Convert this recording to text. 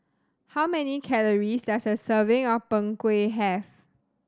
how many calories does a serving of Png Kueh have